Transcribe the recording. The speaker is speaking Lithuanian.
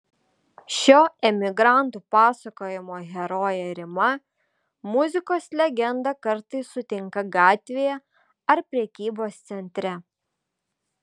šio emigrantų pasakojimo herojė rima muzikos legendą kartais sutinka gatvėje ar prekybos centre